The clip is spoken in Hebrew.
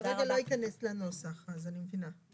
כרגע זה לא ייכנס לנוסח אני מבינה.